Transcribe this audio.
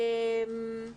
בסדר גמור.